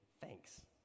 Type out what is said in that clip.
thanks